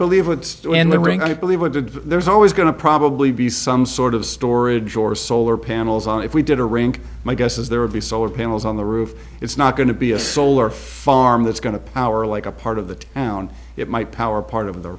ring i believe a good there's always going to probably be some sort of storage or solar panels and if we did a rink my guess is there would be solar panels on the roof it's not going to be a solar farm that's going to power like a part of the town it might power part of the